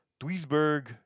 Duisburg